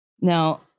Now